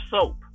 soap